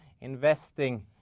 investing